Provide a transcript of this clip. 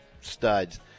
studs